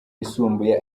yisumbuye